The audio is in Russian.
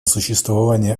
существования